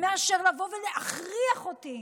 מאשר לבוא ולהכריח אותי.